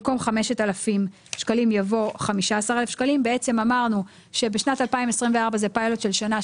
במקום "5,000" יבוא "15,000"; בעצם אמרנו שבשנת 2024 זה פיילוט של שנה,